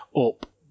up